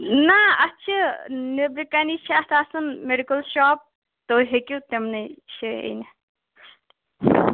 نہ اَسہِ چھِ نیٚبرٕ کَنہِ چھِ اتھ آسان میٚڈِکل شاپ تُہۍ ہیٚکِو تِمنٕے جایہِ أنِتھ